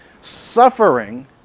Suffering